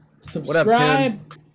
Subscribe